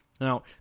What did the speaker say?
Now